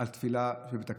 על תפילה בבית הכנסת,